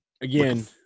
again –